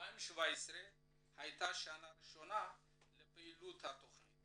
שנת 2017 הייתה השנה הראשונה לפעילות התכנית